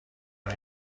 are